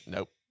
Nope